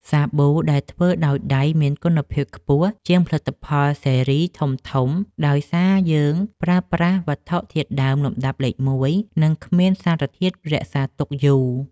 សាប៊ូដែលធ្វើដោយដៃមានគុណភាពខ្ពស់ជាងផលិតផលស៊េរីធំៗ ដោយសារយើងប្រើប្រាស់វត្ថុធាតុដើមលំដាប់លេខមួយ និងគ្មានសារធាតុរក្សាទុកយូរ។